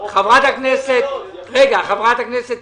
חברת הכנסת